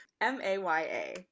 m-a-y-a